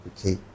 Okay